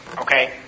Okay